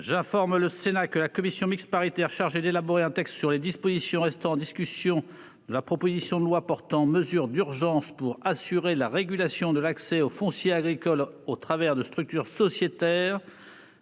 J'informe le Sénat que la commission mixte paritaire chargée d'élaborer un texte sur les dispositions restant en discussion de la proposition de loi portant mesures d'urgence pour assurer la régulation de l'accès au foncier agricole au travers de structures sociétaires